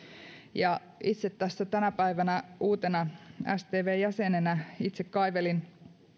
ja itse tänä päivänä uutena stvn jäsenenä kaivelin